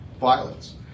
violence